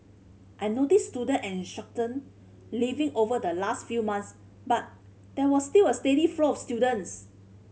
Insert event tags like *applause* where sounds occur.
I noticed student and *unintelligible* leaving over the last few months but there was still a steady flow of students